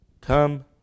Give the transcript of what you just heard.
Come